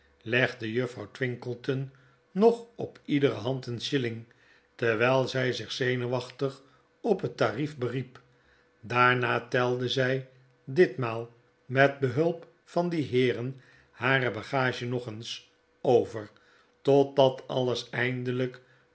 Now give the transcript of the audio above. juffrouw twinkleton nog op iederehand een shilling terwyl zy zich zenuwachtig op het tarief beriep daarna telde zy ditmaal met behulp van die heeren hare bagage nog eens over totdat alles eindelyk